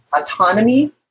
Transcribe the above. autonomy